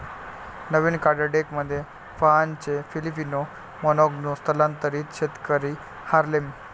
नवीन card डेकमध्ये फाहानचे Filipino मानॉन्ग स्थलांतरित शेतकरी हार्लेम